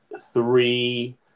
three